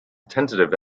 tentative